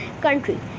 country